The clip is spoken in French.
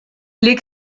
les